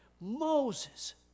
Moses